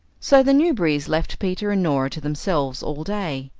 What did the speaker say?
so the newberrys left peter and norah to themselves all day.